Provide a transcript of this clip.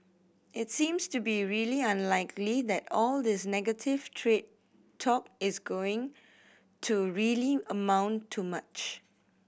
it seems to be really unlikely that all this negative trade talk is going to really amount to much